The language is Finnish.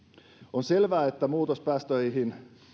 on selvää että muutos päästöihin